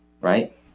right